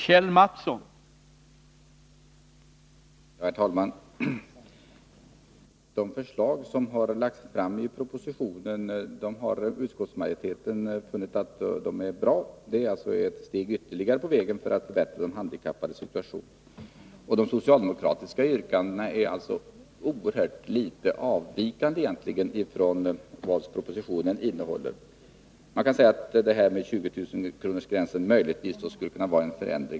Herr talman! De förslag som har lagts fram i propositionen har utskottsmajoriteten funnit vara bra. De är ett steg ytterligare på vägen att förbättra de handikappades situation. De socialdemokratiska yrkandena avviker egentligen oerhört litet från propositionens innehåll. Förslaget om slopande av 20 000-kronorsgränsen skulle då möjligen kunna innebära en avvikelse.